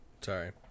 sorry